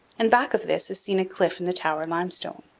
and back of this is seen a cliff in the tower limestone.